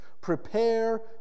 Prepare